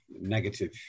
negative